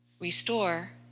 restore